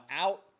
out